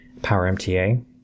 PowerMTA